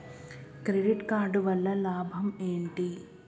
Credit card వల్ల లాభం ఏంటి?